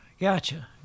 Gotcha